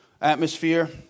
atmosphere